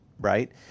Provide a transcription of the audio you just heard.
right